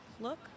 look